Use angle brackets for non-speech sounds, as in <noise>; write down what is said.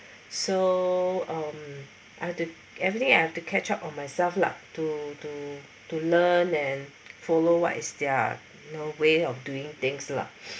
so um I have to everyday I have to catch up on myself lah to to to learn and follow what is their you know way of doing things lah <breath>